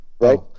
Right